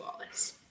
Wallace